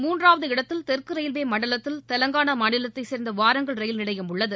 மூன்றாவது இடத்தில் தெற்கு ரயில்வே மண்டலத்தில் தெலங்கானா மாநிலத்தை சேர்ந்த வாரங்கல் ரயில் நிலையம் உள்ளது